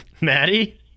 Maddie